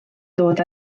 dod